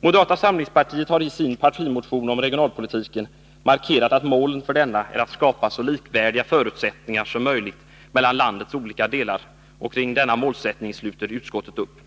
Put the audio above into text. Moderata samlingspartiet har i sin partimotion om regionalpolitiken markerat att målet för denna är att skapa så likvärdiga förutsättningar som möjligt i landets olika delar. Kring denna målsättning sluter utskottet upp.